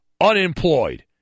unemployed